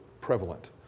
prevalent